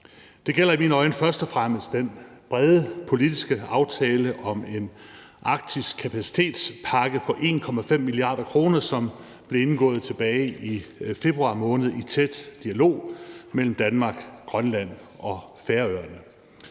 Det gælder i mine øjne først og fremmest den brede politiske aftale om en Arktis Kapacitetpakke på 1,5 mia. kr., som blev indgået tilbage i februar måned i tæt dialog mellem Danmark, Grønland og Færøerne.